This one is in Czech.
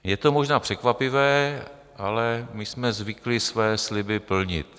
Je to možná překvapivé, ale my jsme zvyklí své sliby plnit.